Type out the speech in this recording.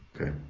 okay